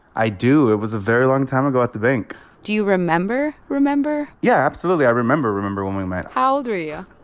i do. it was a very long time ago at the bank do you remember, remember? yeah, absolutely. i remember, remember when we met how old were you?